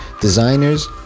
designers